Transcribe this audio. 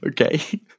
okay